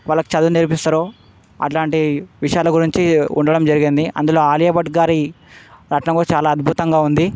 వాళ్ళకి చదువు నేర్పిస్తారో అలాంటి విషయాల గురించి ఉండటం జరిగింది అందులో ఆలియా భట్ గారి నటన కూడా చాలా అద్భుతంగా ఉంది